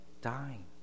dying